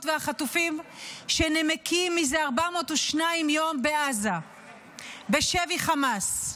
והחטופים שנמקים זה 402 יום בעזה בשבי חמאס.